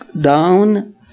down